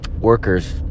workers